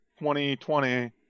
2020